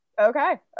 okay